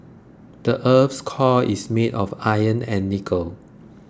the earth's core is made of iron and nickel